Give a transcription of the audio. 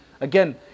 Again